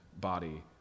body